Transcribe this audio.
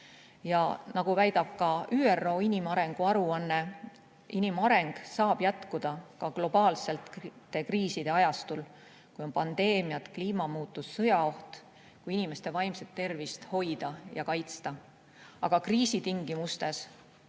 Ja nagu väidab ka ÜRO inimarengu aruanne, inimareng saab jätkuda globaalselt ka kriiside ajastul – kui on pandeemiad, kliimamuutus, sõjaoht –, kui inimeste vaimset tervist hoida ja kaitsta. Kriisi tingimustes